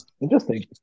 interesting